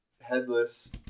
headless